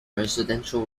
residential